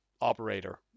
operator